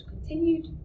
continued